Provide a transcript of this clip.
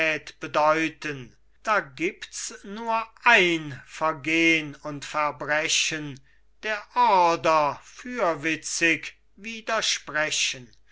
bedeuten da gibts nur ein vergehn und verbrechen der ordre fürwitzig widersprechen